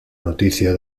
noticia